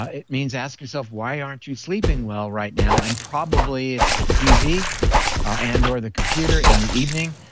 ah it means ask yourself, why aren't you sleeping well right now? and probably it's the tv ah and or the computer in the evening.